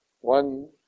one